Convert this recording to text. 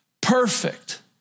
perfect